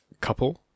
couple